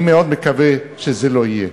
אני מאוד מקווה שזה לא יהיה.